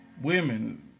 women